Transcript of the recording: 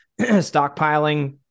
stockpiling